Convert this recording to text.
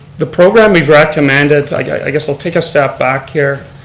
the program we've recommended, i guess i'll take a step back here.